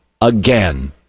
again